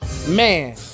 Man